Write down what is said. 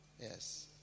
Yes